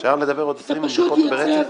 תודה.